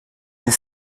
nous